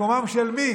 מקומם של מי?